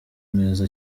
meza